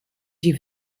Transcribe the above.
die